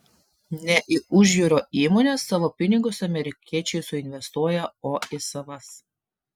ne į užjūrio įmones savo pinigus amerikiečiai suinvestuoja o į savas